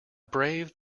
brave